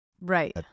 Right